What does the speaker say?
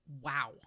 Wow